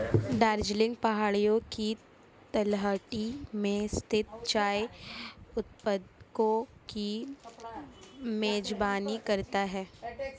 दार्जिलिंग पहाड़ियों की तलहटी में स्थित चाय उत्पादकों की मेजबानी करता है